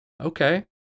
Okay